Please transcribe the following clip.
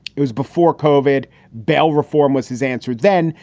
it was before cauvin bail reform was his answer then.